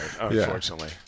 unfortunately